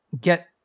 get